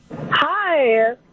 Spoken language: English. Hi